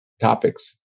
topics